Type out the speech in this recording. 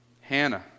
Hannah